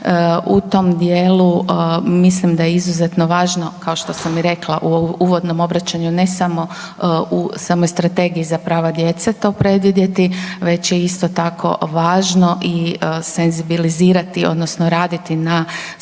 U tom dijelu mislim da je izuzetno važno kao što sam i rekla u uvodnom obraćanju ne samo u samoj Strategiji za prava djece to predvidjeti već je isto tako važno i senzibilizirati odnosno raditi na